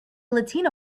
latina